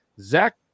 zach